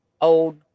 old